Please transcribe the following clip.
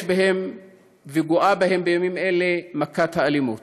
יש בהם וגואה בהם בימים אלה מכת האלימות.